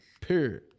Period